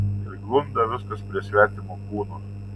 ir glunda viskas prie svetimo kūno